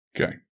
Okay